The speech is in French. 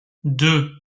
deux